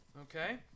Okay